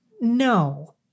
No